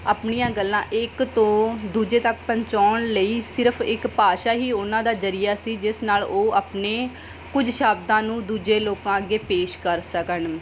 ਆਪਣੀਆਂ ਗੱਲਾਂ ਇੱਕ ਤੋਂ ਦੂਜੇ ਤੱਕ ਪਹੁੰਚਾਉਣ ਲਈ ਸਿਰਫ ਇੱਕ ਭਾਸ਼ਾ ਹੀ ਉਹਨਾਂ ਦਾ ਜ਼ਰੀਆ ਸੀ ਜਿਸ ਨਾਲ ਉਹ ਆਪਣੇ ਕੁਝ ਸ਼ਬਦਾਂ ਨੂੰ ਦੂਜੇ ਲੋਕਾਂ ਅੱਗੇ ਪੇਸ਼ ਕਰ ਸਕਣ